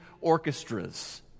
orchestras